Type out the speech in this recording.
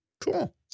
Cool